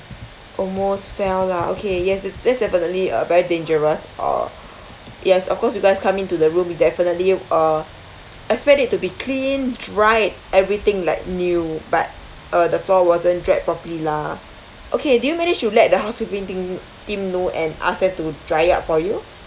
almost fell lah okay yes tha~ that's definitely uh very dangerous uh yes of course you guys come into the room you definitely uh expect it to be cleaned dried everything like new but uh the floor wasn't dried properly lah okay do you manage to let the housekeeping team team know and ask them to dry it up for you